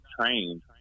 trained